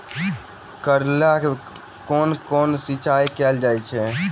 करैला केँ कोना सिचाई कैल जाइ?